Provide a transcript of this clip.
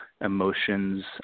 emotions